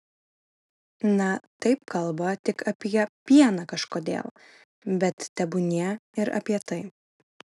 na taip kalba tik apie pieną kažkodėl bet tebūnie ir apie tai